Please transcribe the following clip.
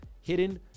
hidden